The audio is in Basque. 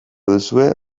duzue